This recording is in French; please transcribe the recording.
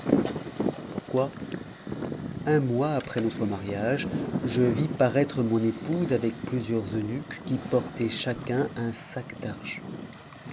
c'est pourquoi un mois après notre mariage je vis paraître mon épouse avec plusieurs eunuques qui portaient chacun un sac d'argent